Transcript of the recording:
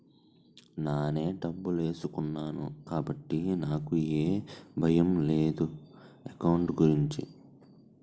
నానే డబ్బులేసుకున్నాను కాబట్టి నాకు ఏ భయం లేదు ఎకౌంట్ గురించి